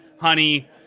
honey